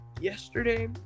yesterday